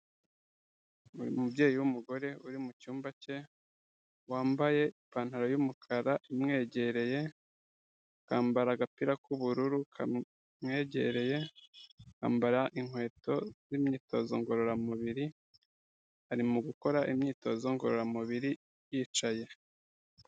Ni umubyeyi w'umugore uri mu cyumba cye wambaye ipantaro y'umukara imwegereye, akambara agapira k'ubururu kamwegereye, akambara inkweto z'imyitozo ngororamubiri, ari mu gukora imyitozo ngororamubiri yicaye.